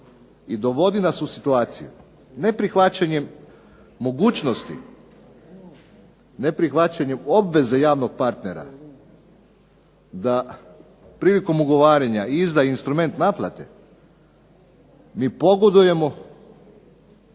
i dovodi nas u situaciju neprihvaćanjem mogućnosti, neprihvaćanjem obveze javnog partnera da prilikom ugovaranja izda instrument naplate. Mi pogodujemo,